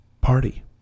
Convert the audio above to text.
party